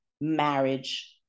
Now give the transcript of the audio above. marriage